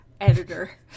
editor